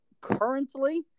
currently